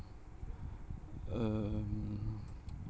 um